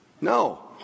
No